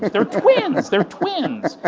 they're twins, they're twins.